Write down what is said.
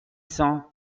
cent